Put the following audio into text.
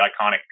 iconic